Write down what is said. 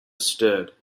stood